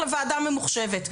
לוועדה הממוחשבת.